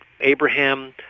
Abraham